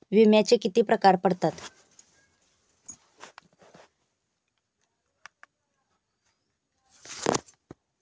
विम्याचे किती प्रकार पडतात?